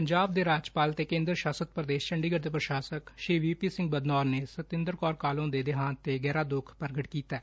ਪੰਜਾਬ ਦੇ ਰਾਜਪਾਲ ਤੇ ਕੇਂਦਰ ਸ਼ਾਸਤ ਪ੍ਦੇਸ਼ ਚੰਡੀਗੜੁ ਦੇ ਪ੍ਸ਼ਾਸਕ ਸ੍ਰੀ ਵੀ ਪੀ ਸਿੰਘ ਬਦਨੌਰ ਨੇ ਸਤਿੰਦਰ ਕੌਰ ਕਾਹਲੋਂ ਦੇ ਦੇਹਾਂਤ ਤੇ ਗਹਿਰਾ ਦੁਖ ਪ੍ਰਗਟ ਕੀਤੈ